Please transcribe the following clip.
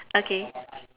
okay